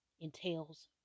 entails